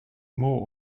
more